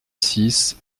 six